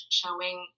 showing